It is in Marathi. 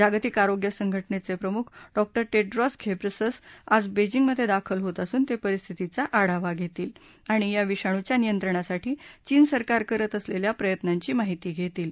जागतिक आरोग्य संघटनेचे प्रमुख डॉक्टर टेड्रोस घेब्रेसस आज बिजिंगमधे दाखल होत असून ते परिस्थितीचा आढावा घेतील आणि या विषाणूच्या नियंत्रणासाठी चीन सरकार करत असलेल्या प्रयत्नांची माहिती घेतील